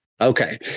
Okay